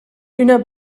üna